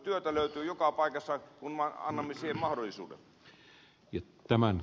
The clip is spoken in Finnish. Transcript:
työtä löytyy joka paikasta kun annamme siihen mahdollisuuden